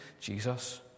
Jesus